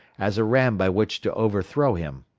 as a ram by which to overthrow him.